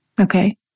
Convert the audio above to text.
Okay